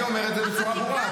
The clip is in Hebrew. לא, אני אומר את זה בצורה ברורה.